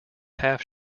half